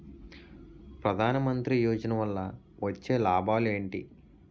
ప్రధాన మంత్రి యోజన వల్ల వచ్చే లాభాలు ఎంటి?